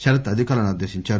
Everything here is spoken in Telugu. శరత్ అధికారులను ఆదేశించారు